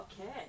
Okay